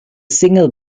single